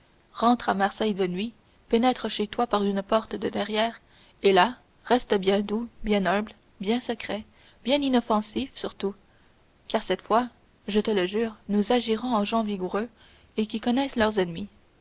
rentre à marseille de nuit pénètre chez toi par une porte de derrière et là reste bien doux bien humble bien secret bien inoffensif surtout car cette fois je te le jure nous agirons en gens vigoureux et qui connaissent leurs ennemis